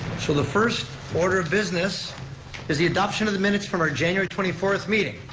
so, the first order of business is the adoption of the minutes from our january twenty fourth meeting.